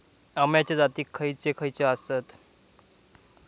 अम्याचे जाती खयचे खयचे आसत?